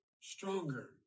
stronger